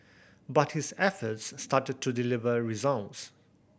but his efforts started to deliver results